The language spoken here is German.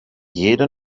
jede